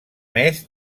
més